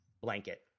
blanket